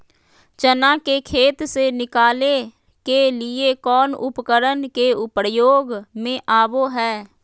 चना के खेत से निकाले के लिए कौन उपकरण के प्रयोग में आबो है?